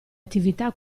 attività